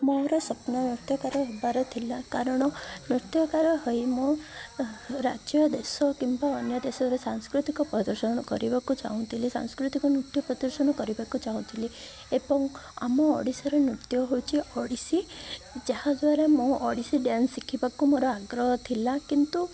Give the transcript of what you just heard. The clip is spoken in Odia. ମୋର ସ୍ୱପ୍ନ ନୃତ୍ୟକାର ହବାର ଥିଲା କାରଣ ନୃତ୍ୟକାର ହୋଇ ମୁଁ ରାଜ୍ୟ ଦେଶ କିମ୍ବା ଅନ୍ୟ ଦେଶରେ ସାଂସ୍କୃତିକ ପ୍ରଦର୍ଶନ କରିବାକୁ ଚାହୁଁଥିଲି ସାଂସ୍କୃତିକ ନୃତ୍ୟ ପ୍ରଦର୍ଶନ କରିବାକୁ ଚାହୁଁଥିଲି ଏବଂ ଆମ ଓଡ଼ିଶାର ନୃତ୍ୟ ହେଉଛି ଓଡ଼ିଶୀ ଯାହାଦ୍ୱାରା ମୁଁ ଓଡ଼ିଶୀ ଡ୍ୟାନ୍ସ ଶିଖିବାକୁ ମୋର ଆଗ୍ରହ ଥିଲା କିନ୍ତୁ